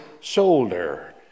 shoulder